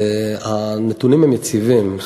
הנתונים הם יציבים.